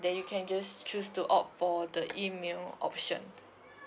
then you can just choose to opt for the email option